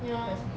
ya